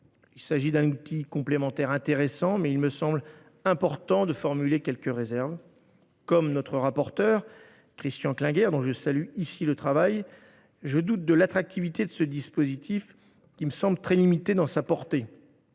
Il s’agit d’un outil complémentaire intéressant, mais il me semble important de formuler quelques réserves. Comme notre rapporteur, Christian Klinger, dont je salue ici le travail, je doute de l’attractivité de ce dispositif, qui me semble très limité dans sa portée